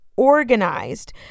organized